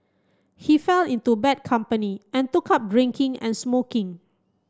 he fell into bad company and took up drinking and smoking